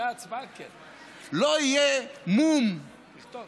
לא יהיה משא ומתן